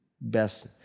best